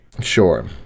Sure